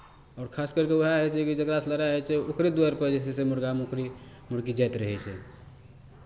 आओर खास करि कऽ उएह होइ छै कि जकरासँ लड़ाइ होइ छै ओकरे दुआरिपर जे छै से मुरगा मुकरी मुरगी जाइत रहै छै